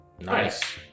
Nice